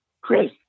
Chris